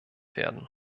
werden